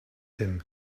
him